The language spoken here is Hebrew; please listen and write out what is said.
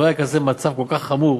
לא היה מצב כל כך חמור